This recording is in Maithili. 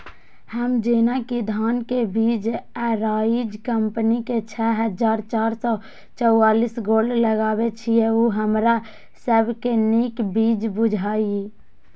हम जेना कि धान के बीज अराइज कम्पनी के छः हजार चार सौ चव्वालीस गोल्ड लगाबे छीय उ हमरा सब के नीक बीज बुझाय इय?